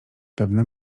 pewne